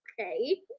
Okay